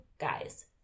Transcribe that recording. guys